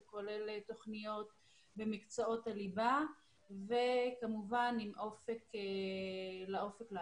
זה כולל תוכניות במקצועות הליבה וכמובן עם אופק לאקדמיה.